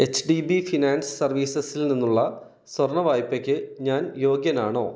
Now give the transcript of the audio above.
H D B finance സർവീസസിൽ നിന്നുള്ള സ്വർണ്ണ വായ്പയ്ക്ക് ഞാൻ യോഗ്യനാണോ